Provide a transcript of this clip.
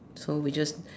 so we just